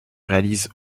réalise